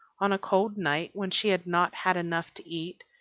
on a cold night, when she had not had enough to eat,